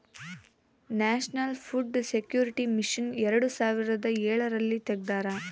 national food security mission ಎರಡು ಸಾವಿರದ ಎಳರಲ್ಲಿ ತೆಗ್ದಾರ